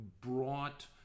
brought